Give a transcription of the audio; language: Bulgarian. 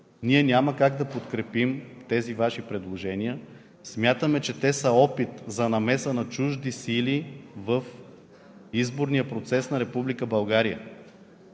ние няма как да подкрепим тези Ваши предложения. Смятаме, че те са опит за намеса на чужди сили в изборния процес на